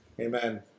Amen